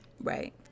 right